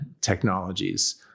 technologies